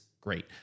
great